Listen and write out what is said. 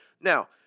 Now